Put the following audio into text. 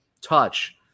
touch